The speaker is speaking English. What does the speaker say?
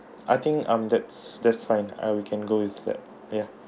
I think um that's that's fine uh we can go with that ya